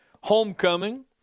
Homecoming